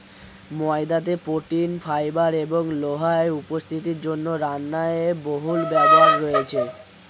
ময়দাতে protein, fibre এবং লোহার উপস্থিতির জন্য রান্নায় এর বহুল ব্যবহার রয়েছে